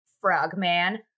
frogman